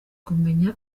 kumenya